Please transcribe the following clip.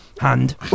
hand